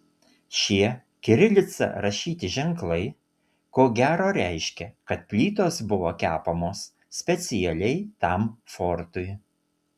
šie kirilica rašyti ženklai ko gero reiškia kad plytos buvo kepamos specialiai tam fortui